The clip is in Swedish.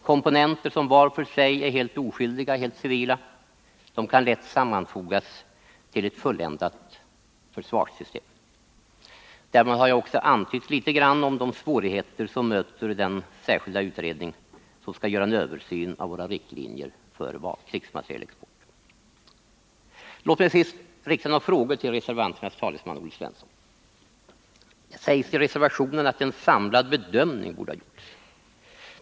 Komponenter som var för sig är helt oskyldiga och helt civila kan lätt sammanfogas till ett fullständigt försvarssystem. Nr 137 Därmed har jag också antytt litet grand de svårigheter som möter den : Onsdagen den särskilda utredning som skall göra en översyn av våra riktlinjer för krigsmaterielexporten. Låt mig till sist rikta några frågor till reservanternas talesman Olle Granskning av Svensson. Det sägs i reservationen att en samlad bedömning borde ha gjorts.